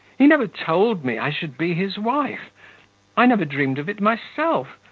he never told me i should be his wife i never dreamed of it myself.